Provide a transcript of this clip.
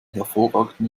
hervorragenden